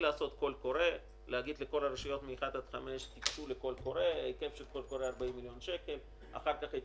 לעזור לטיפול בפסולת ברשויות מ-1 עד 5. לכן עם החלק הזה בכלל לא הייתי